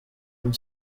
and